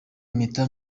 impeta